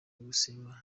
gusuzumwa